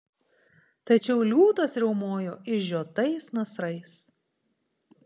tačiau liūtas riaumojo išžiotais nasrais